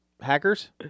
Hackers